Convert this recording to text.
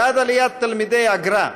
ועד עליית תלמידי הַגְר"א,